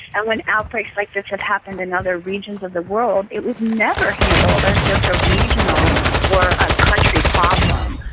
and when outbreaks like this have happened in other regions of the world, it was never handled as just a regional or a country problem.